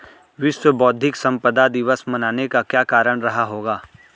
विश्व बौद्धिक संपदा दिवस मनाने का क्या कारण रहा होगा?